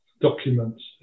documents